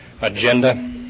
agenda